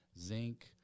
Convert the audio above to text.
zinc